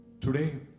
Today